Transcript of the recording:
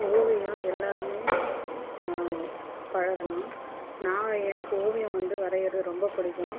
ஓவியம் எல்லோருமே பழகலாம் நான் எனக்கு ஓவியம் வந்து வரையுறது ரொம்ப பிடிக்கும்